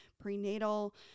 prenatal